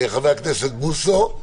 חבר הכנסת בוסו,